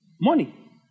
money